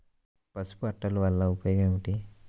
పసుపు అట్టలు వలన ఉపయోగం ఏమిటి?